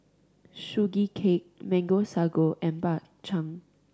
Sugee Cake Mango Sago and Bak Chang